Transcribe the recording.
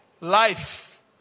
Life